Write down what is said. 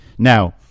Now